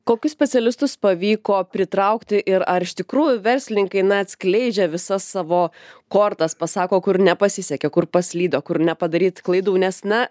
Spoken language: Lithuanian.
kokius specialistus pavyko pritraukti ir ar iš tikrųjų verslininkai na atskleidžia visas savo kortas pasako kur nepasisekė kur paslydo kur nepadaryt klaidų nes na